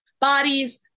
Bodies